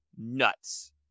nuts